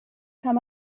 kann